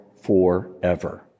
forever